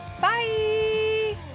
bye